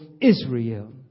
Israel